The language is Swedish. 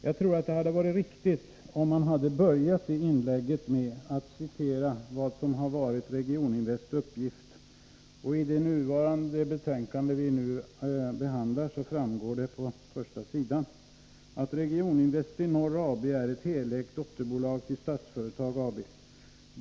Jag tror att det hade varit riktigt om han hade börjat det inlägget med att citera vad som har varit Regioninvests uppgift. I det betänkande vi nu behandlar framgår det på första sidan att ”Regioninvest i Norr AB är ett helägt dotterbolag till Statsföretag AB.